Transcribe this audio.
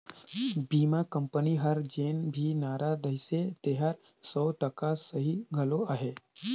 बीमा कंपनी हर जेन भी नारा देहिसे तेहर सौ टका सही घलो अहे